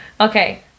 Okay